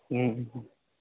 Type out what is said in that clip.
हम्म